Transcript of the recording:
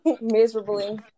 miserably